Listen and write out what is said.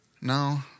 No